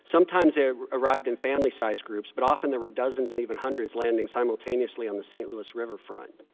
sometimes they arrived in family sized groups, but often there were dozens and even hundreds landing simultaneously on the st. louis riverfront.